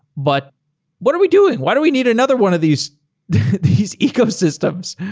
but what are we doing? why do we need another one of these these ecosystems?